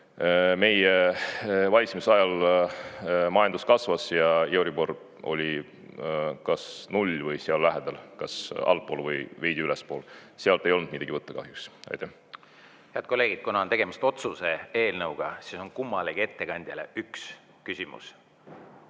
meie valitsemisajal majandus kasvas ja euribor oli kas null või seal lähedal, kas allpool või veidi ülespool. Sealt ei olnud midagi võtta kahjuks. Head kolleegid! Kuna on tegemist otsuse eelnõuga, siis on kummalegi ettekandjale üks küsimus.